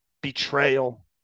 Betrayal